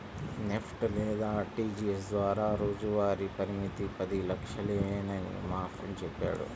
NEFT లేదా RTGS ద్వారా రోజువారీ పరిమితి పది లక్షలేనని మా ఫ్రెండు చెప్పాడు